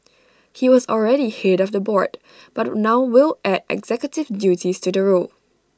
he was already Head of the board but now will add executive duties to the role